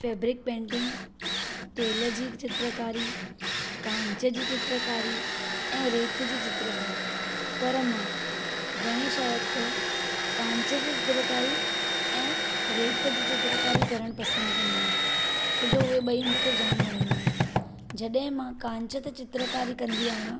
fabric painting तेल जी चित्रकारी कांच जी चित्रकारी ऐं रेत जी चित्रकारी पर मां घणे शइ त कांच जी चित्रकारी ऐं रेत जी चित्रकारी करण पसंद कंदी आहियां छो जो उहे ॿई मूंखे जाम वणंदियूं आहिनि जॾहिं मां कांच ते चित्रकारी कंदी आहियां